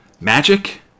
magic